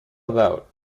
about